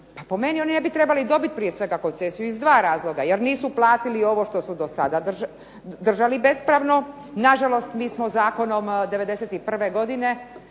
Pa po meni oni ne bi trebali dobiti prije svega koncesiju, iz 2 razloga. Jer nisu platili ovo što su dosada držali bespravno. Nažalost mi smo zakonom '91. godine